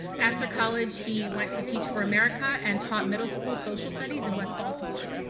after college he went to teach for america and taught middle school social studies in west baltimore,